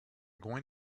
going